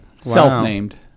Self-named